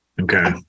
Okay